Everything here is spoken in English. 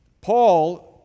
Paul